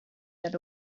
that